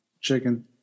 chicken